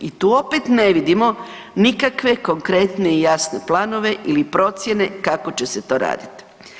I tu opet ne vidimo nikakve konkretne i jasne planove ili procjene kako će se to radit.